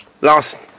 last